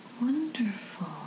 Wonderful